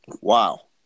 Wow